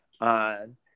on